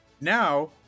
Now